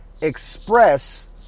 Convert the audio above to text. express